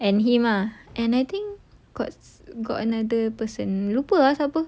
and him ah and I think got got another person lupa ah siapa